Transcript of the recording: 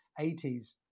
80s